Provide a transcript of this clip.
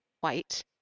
white